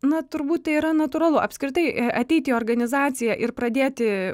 na turbūt tai yra natūralu apskritai ateit į organizaciją ir pradėti